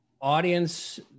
audience